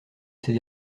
ces